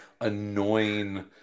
annoying